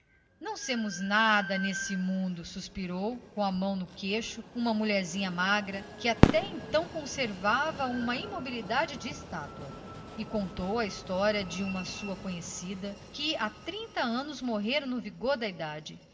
não semos nada neste mundo suspirou com a mão no queixo uma mulherzinha magra e pisca pisca que até então se conservara numa imobilidade enternecida e contou a história de uma sua camarada que havia trinta anos morrera na flor da idade